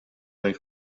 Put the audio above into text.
nel